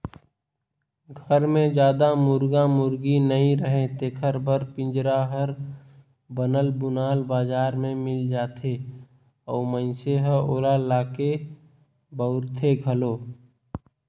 घर मे जादा मुरगा मुरगी नइ रहें तेखर बर पिंजरा हर बनल बुनाल बजार में मिल जाथे अउ मइनसे ह ओला लाके बउरथे घलो